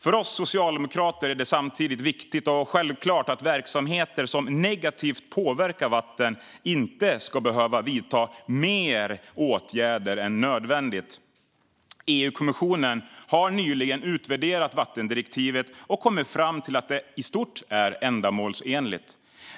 För oss socialdemokrater är det samtidigt viktigt och självklart att verksamheter som negativt påverkar vatten inte ska behöva vidta mer åtgärder än nödvändigt. EU-kommissionen har nyligen utvärderat vattendirektivet och kommit fram till att det i stort är ändamålsenligt.